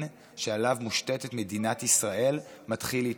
שעליו מושתתת מדינת ישראל מתחיל להתערער.